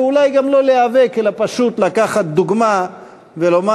ואולי גם לא להיאבק אלא פשוט לקחת דוגמה ולומר: